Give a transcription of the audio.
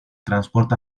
transporte